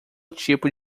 tipo